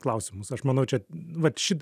klausimus aš manau čia vat ši